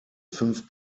fünf